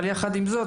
אבל יחד עם זאת,